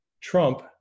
Trump